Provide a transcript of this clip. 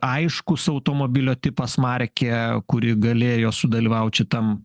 aiškus automobilio tipas markė kuri galėjo sudalyvaut šitam